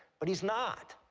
but he's not.